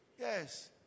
Yes